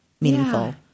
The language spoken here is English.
meaningful